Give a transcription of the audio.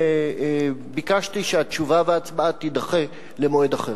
ביקשתי שהתשובה וההצבעה יידחו למועד אחר.